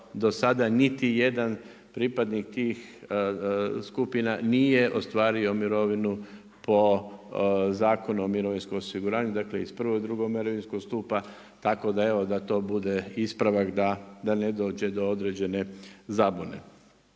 do sada niti jedan pripadnik tih skupina nije ostvario mirovinu po Zakonu o mirovinskom osiguranju dakle iz prvog i drugog mirovinskog stupa tako da evo da to bude ispravak da ne dođe do određene zabune.